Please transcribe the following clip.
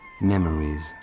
memories